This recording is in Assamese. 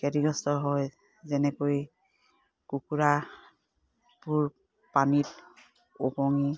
ক্ষতিগ্ৰস্ত হয় যেনেকৈ কুকুৰাবোৰ পানীত ওপঙি